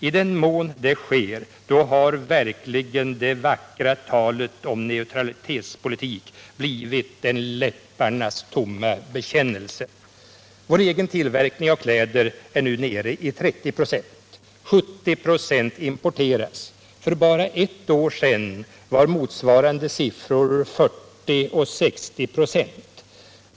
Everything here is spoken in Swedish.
I den mån det sker har verkligen det vackra talet om neutralitetspolitik blivit en läpparnas tomma bekännelse. Vår egen tillverkning är nu nere i 30 26. 70 96 importeras. För ett år sedan var motsvarande siffror 40 96 resp. 60 26.